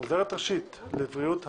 עוזרת ראשית לבריאות הציבור,